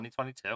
2022